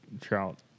trout